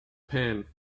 pan